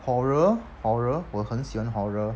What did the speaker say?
horror horror 我很喜欢 horror